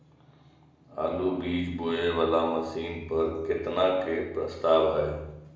आलु बीज बोये वाला मशीन पर केतना के प्रस्ताव हय?